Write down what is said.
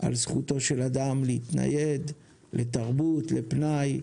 על זכותו של אדם להתנייד, לתרבות, לפנאי,